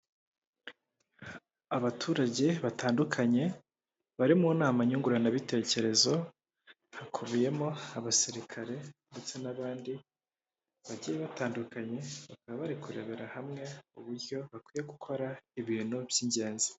Abaturage batandukanye bari mu nama nyunguranabitekerezo hakubiyemo abasirikare ndetse n'abandi bagiye batandukanye, baka bari kurebera hamwe uburyo bakwiye gukora ibintu by'ingenzi.